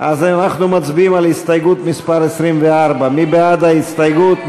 אז אנחנו מצביעים על הסתייגות מס' 24. מי בעד ההסתייגות?